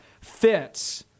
fits